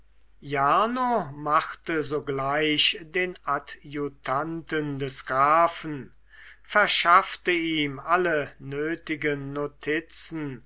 jarno machte sogleich den adjutanten des grafen verschaffte ihm alle nötigen notizen